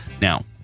Now